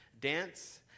dance